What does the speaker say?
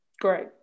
Great